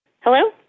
Hello